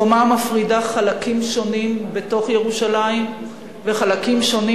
חומה המפרידה חלקים שונים בתוך ירושלים וחלקים שונים